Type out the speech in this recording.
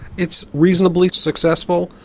it's reasonably successful.